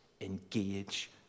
engage